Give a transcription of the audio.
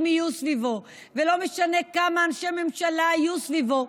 יהיו סביבו ולא משנה כמה אנשי ממשלה יהיו סביבו,